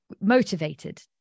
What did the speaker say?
motivated